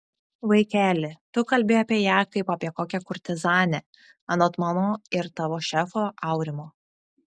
vaikeli tu kalbi apie ją kaip apie kokią kurtizanę anot mano ir tavo šefo aurimo